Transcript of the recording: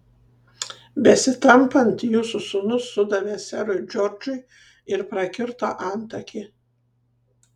besitampant jūsų sūnus sudavė serui džordžui ir prakirto antakį